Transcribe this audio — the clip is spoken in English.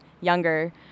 younger